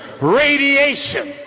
radiation